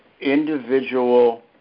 individual